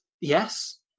Yes